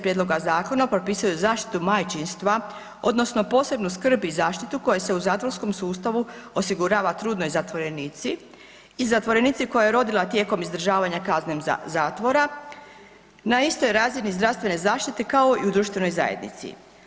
Prijedloga zakona propisuje zaštitu majčinstva odnosno posebnu skrb i zaštitu koja se u zatvorskom sustavu osigurava trudnoj zatvorenici i zatvorenici koja je rodila tijekom izdržavanje kazne zatvora na istoj razini zdravstvene zaštite kao i u društvenoj zajednici.